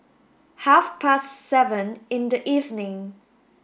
half past seven in the evening